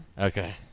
Okay